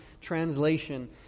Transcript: translation